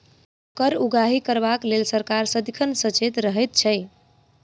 कर उगाही करबाक लेल सरकार सदिखन सचेत रहैत छै